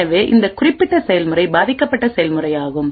எனவே இந்த குறிப்பிட்ட செயல்முறை பாதிக்கப்பட்ட செயல்முறையாகும்